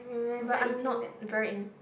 but I'm not very in~